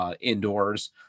indoors